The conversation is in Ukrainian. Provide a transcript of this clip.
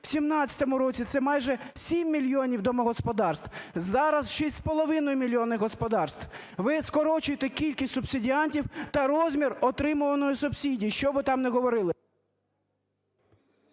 у 2017 році - це майже 7 мільйонів домогосподарств, зараз – 6,5 мільйонів господарств. Ви скорочуєте кількість субсидіантів та розмір отримуваної субсидії, що б ви там не говорили…